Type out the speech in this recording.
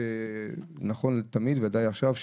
זה נכון תמיד וודאי עכשיו,